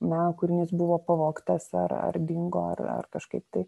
meno kūrinys buvo pavogtas ar dingo ar kažkaip tai